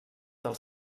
del